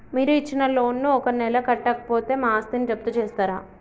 మీరు ఇచ్చిన లోన్ ను ఒక నెల కట్టకపోతే మా ఆస్తిని జప్తు చేస్తరా?